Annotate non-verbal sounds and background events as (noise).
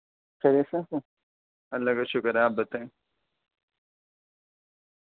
خیریت (unintelligible) اللہ کا شکر ہے آپ بتائیں